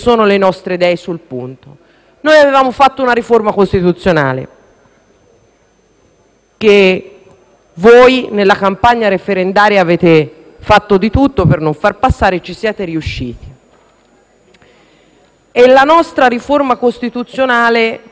che nella campagna referendaria avete fatto di tutto per non far passare, e ci siete riusciti. La nostra riforma costituzionale non proponeva semplicemente il taglio di 300 stipendi